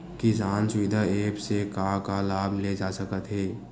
किसान सुविधा एप्प से का का लाभ ले जा सकत हे?